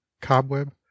Cobweb